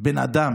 בן אדם